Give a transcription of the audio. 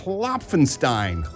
Klopfenstein